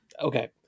Okay